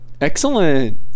Excellent